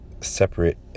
separate